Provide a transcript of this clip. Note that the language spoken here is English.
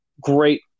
great